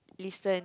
listen